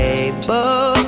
able